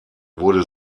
wurde